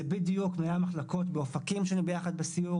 זה בדיוק מנהלי המחלקות באופקים שהיינו ביחד בסיור